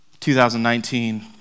2019